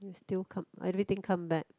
you still come everything come back